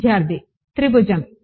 విద్యార్థి త్రిభుజం